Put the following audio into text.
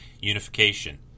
Unification